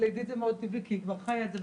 לעדית זה מאוד טבעי כי היא כבר חיה את זה,